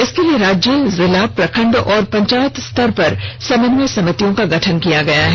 इसके लिए राज्य जिला प्रखंड और पंचायत स्तर पर समन्वय समितियों का गठन किया गया है